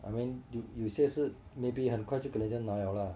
I mean 有有些是 maybe 很快就给人家拿了啦